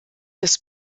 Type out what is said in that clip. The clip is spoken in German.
des